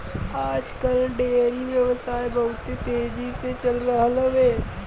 आज कल डेयरी व्यवसाय बहुत तेजी से चल रहल हौवे